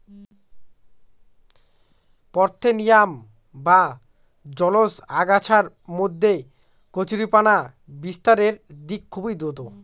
parthenium বা জলজ আগাছার মধ্যে কচুরিপানা বিস্তারের দিক খুবই দ্রূত